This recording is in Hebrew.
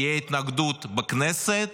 תהיה התנגדות בכנסת,